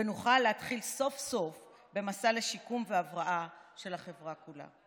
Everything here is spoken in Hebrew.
ונוכל להתחיל סוף-סוף במסע לשיקום והבראה של החברה כולה.